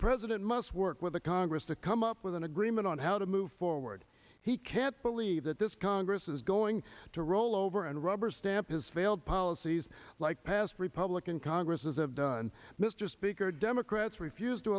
president must work with the congress to come up with an agreement on how to move forward he can't believe that this congress is going to roll over and rubber stamp his failed policies like past republican congresses have done mr speaker democrats refuse to